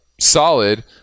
solid